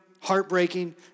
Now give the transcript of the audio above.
heartbreaking